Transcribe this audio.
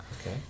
Okay